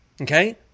Okay